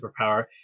superpower